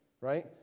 right